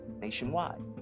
nationwide